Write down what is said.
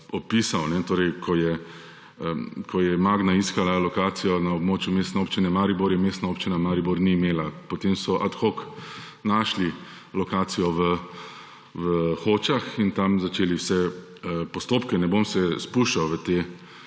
opisal. Torej, ko je Magna iskala lokacijo na območju Mestne občine Maribor, je Mestna občina Maribor ni imela. Potem so ad hoc našli lokacijo v Hočah in tam začeli vse postopke. Ne bom se spuščal v te